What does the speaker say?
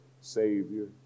savior